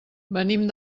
venim